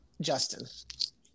Justin